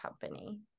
company